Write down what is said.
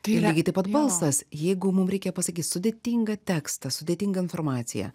tai lygiai taip pat balsas jeigu mum reikia pasakyt sudėtingą tekstą sudėtingą informaciją